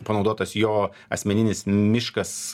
panaudotas jo asmeninis miškas